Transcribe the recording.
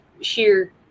sheer